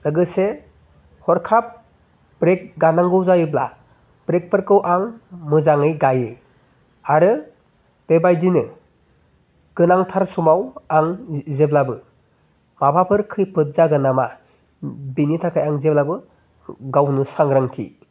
लोगोसे हरखाब ब्रेक गानांगौ जायोब्ला ब्रेकफोरखौ आं मोजाङै गायो आरो बेबायदिनो गोनांथार समाव आं जेब्लाबो माबाफोर खैफोद जागोन नामा बेनि थाखाय आं जेब्लाबो गावनो सांग्रां